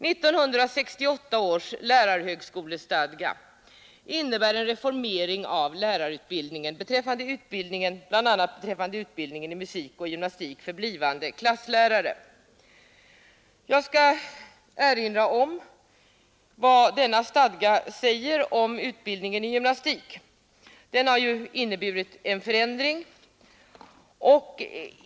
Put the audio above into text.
1968 års lärarhögskolestadga innebär en reformering av lärarutbildningen, bl.a. beträffande utbildningen i musik och gymnastik för blivande klasslärare. Jag vill erinra om vad denna stadga säger om utbildningen i gymnastik — där den har inneburit en förändring.